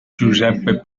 giuseppe